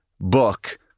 book